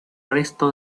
resto